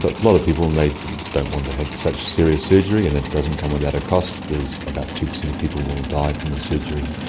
but a lot of people, and they don't want have such serious surgery, and it doesn't come without a cost, there's about two percent of people will die from the surgery,